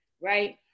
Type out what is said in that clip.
right